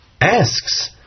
asks